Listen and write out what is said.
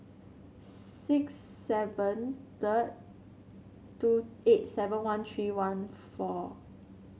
six seven third two eight seven one three one four